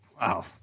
Wow